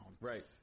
Right